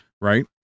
right